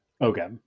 okay